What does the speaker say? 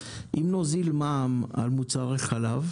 אם נוזיל מע"מ על מוצרי חלב,